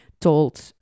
told